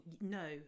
no